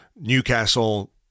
Newcastle